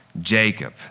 Jacob